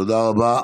תודה רבה.